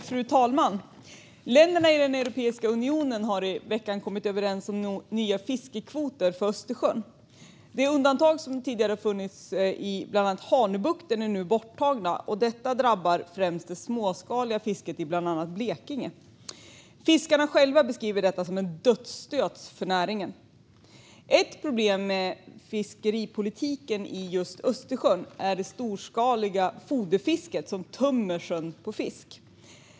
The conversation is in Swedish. Fru talman! Länderna i Europeiska unionen har i veckan kommit överens om nya fiskekvoter för Östersjön. De undantag som tidigare har funnits för bland annat Hanöbukten är nu borttagna. Detta drabbar främst det småskaliga fisket i bland annat Blekinge. Fiskarna själva beskriver detta som en dödsstöt för näringen. Ett problem med fiskeripolitiken i Östersjön är det storskaliga foderfisket, som tömmer sjön på fisk.